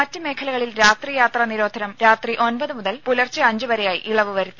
മറ്റ് മേഖലകളിൽ രാത്രി യാത്രാ നിരോധനം രാത്രി ഒൻപത് മുതൽ പുലർച്ചെ അഞ്ച് വരെയായി ഇളവുവരുത്തി